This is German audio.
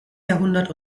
jahrhundert